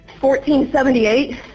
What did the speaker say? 1478